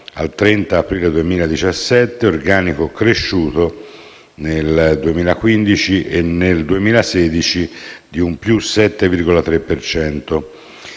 al 30 aprile 2017, organico cresciuto nel 2015 e nel 2016 di un più 7,3